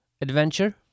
adventure